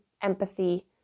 empathy